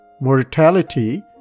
Mortality